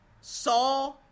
saw